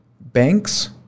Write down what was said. banks